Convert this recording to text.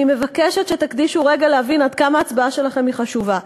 אני מבקשת שתקדישו רגע להבין עד כמה ההצבעה שלכם חשובה.